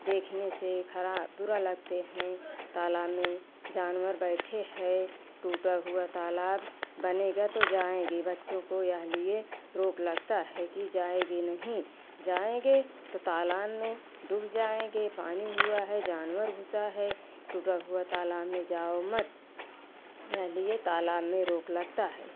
देखने से खरा बुरा लगते हैं तालाब में जानवर बैठे हैं टूटा हुआ तालाब बनेगा तो जाएँगे बच्चों को यह लिए रोक लगाते हैं कि जाएगी नहीं जाएंगे तो तालाब में डूब जाएँगे पानी हुआ है जानवर घुसा है टूटा हुआ तालाब में जाओ मत यह लिए तालाब में रोक लगती है